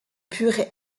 pur